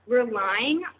relying